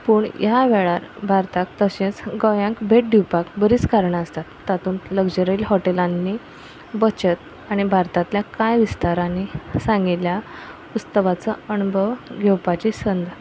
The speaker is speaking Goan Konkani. पूण ह्या वेळार भारताक तशेंच गोंयांक भेट दिवपाक बरींच कारणां आसतात तातूंत लग्जऱ्यल हॉटेलांनी बचत आनी भारतांतल्या कांय विस्तारांनी सांगिल्ल्या उत्सवाचो अणभव घेवपाची संद